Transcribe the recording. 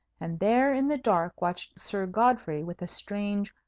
and there in the dark watched sir godfrey with a strange,